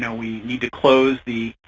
yeah we need to close the